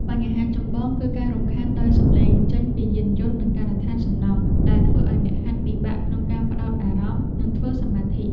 បញ្ហាចម្បងគឺការរំខានដោយសំឡេងចេញពីយានយន្ត និងការដ្ឋានសំណង់ ដែលធ្វើឱ្យអ្នកហាត់ពិបាកក្នុងការផ្ដោតអារម្មណ៍ និងធ្វើសមាធិ។